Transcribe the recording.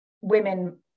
women